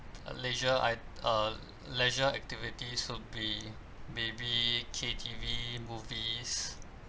leisure I uh leisure activities would be maybe K_T_V movies